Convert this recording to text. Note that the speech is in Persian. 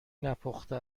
نپخته